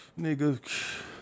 nigga